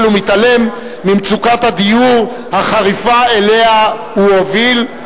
ומתעלם ממצוקת הדיור החריפה שהוא הוביל אליה,